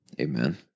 Amen